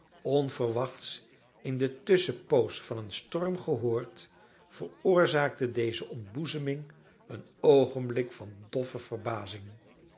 onverwachts in de tusschenpoos van een storm gehoord veroorzaakte deze ontboezeming een oogenblik van doffe verbazing